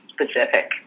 specific